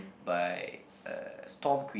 but uh Storm Queen